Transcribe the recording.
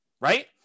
right